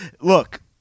look